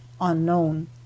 unknown